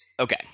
Okay